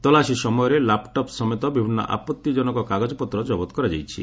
ତଲାସୀ ସମୟରେ ଲାପ୍ଟପ୍ ସମେତ ବିଭିନ୍ନ ଆପଭିଜନକ କାଗଜପତ୍ର ଜବତ କରାଯାଇଛି